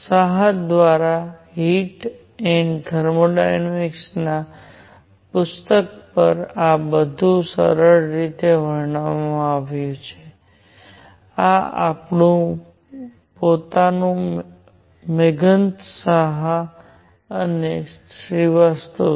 સાહા દ્વારા heat and thermodynamics પરના પુસ્તકમાં આ બધું ખૂબ સરસ રીતે વર્ણવવામાં આવ્યું છે આ આપણું પોતાનું મેઘંત સાહા અને શ્રીવાસ્તવ છે